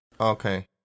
Okay